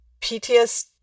ptsd